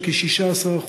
של כ-16%,